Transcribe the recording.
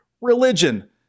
Religion